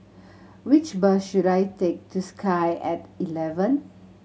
which bus should I take to Sky At Eleven